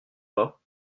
pas